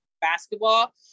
basketball